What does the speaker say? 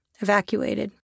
Evacuated